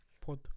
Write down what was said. pod